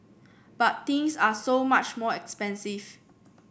but things are so much more expensive